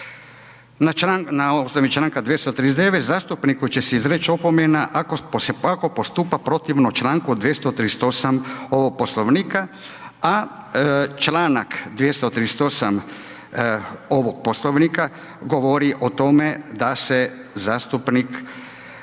na osnovi čl. 239. zastupniku će se izreć opomena ako postupa protivno čl. 238. ovog Poslovnika, a čl. 238. ovog Poslovnika govori o tome da se zastupnik